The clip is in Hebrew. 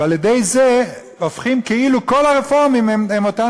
ועל-ידי זה הופכים כאילו כל הרפורמים לאותם